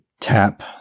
Tap